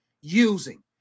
using